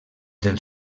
del